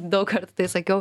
daug kartų tai sakiau